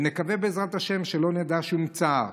ונקווה, בעזרת השם, שלא נדע שום צער.